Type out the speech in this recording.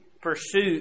pursuit